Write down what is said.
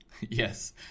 Yes